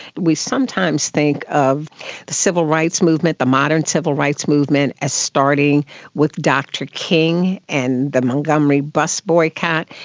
we sometimes think of the civil rights movement, the modern civil rights movement as starting with dr king and the montgomery bus boycott.